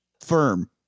firm